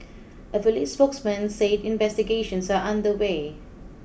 a police spokesman say investigations are under way